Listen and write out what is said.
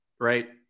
right